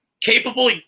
Capable